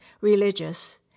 religious